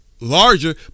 larger